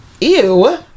ew